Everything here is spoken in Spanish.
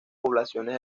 poblaciones